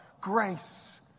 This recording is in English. Grace